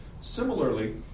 Similarly